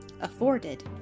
afforded